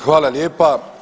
Hvala lijepa.